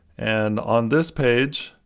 and on this page,